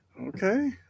Okay